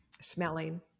smelling